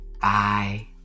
Bye